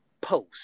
post